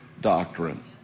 doctrine